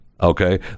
okay